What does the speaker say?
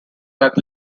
that